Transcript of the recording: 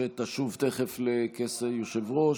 שתשוב תכף לכס היושב-ראש,